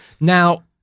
Now